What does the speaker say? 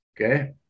Okay